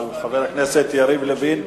אבל חבר הכנסת יריב לוין,